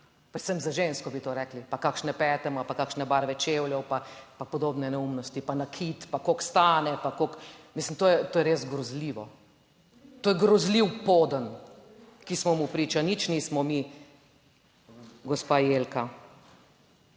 Predvsem za žensko bi to rekli. Pa kakšne pete ima pa kakšne barve čevljev pa podobne neumnosti pa nakit pa koliko stane, pa kako, mislim, to je res grozljivo. To je grozljiv poden, ki smo mu priča, nič nismo mi, gospa Jelka.